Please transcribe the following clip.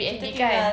kita tinggal